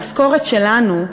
המשכורת שלנו,